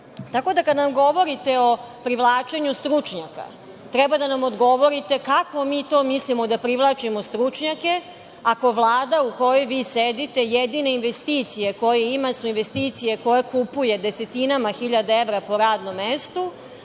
da, kada govorite o privlačenju stručnjaka treba da nam odgovorite kako mi to mislimo da privlačimo stručnjake, ako Vlada u kojoj sedite jedine investicije koje ima su investicije koje kupuje desetinama hiljada evra po radnom mestu,